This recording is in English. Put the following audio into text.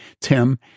Tim